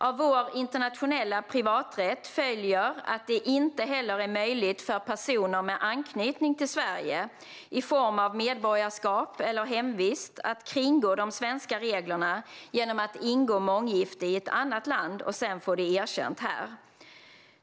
Av vår internationella privaträtt följer att det inte heller är möjligt för personer med anknytning till Sverige i form av medborgarskap eller hemvist att kringgå de svenska reglerna genom att ingå månggifte i ett annat land och sedan få det erkänt här.